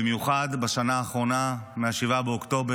במיוחד בשנה האחרונה, מאז 7 באוקטובר,